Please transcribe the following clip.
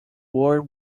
war